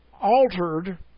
altered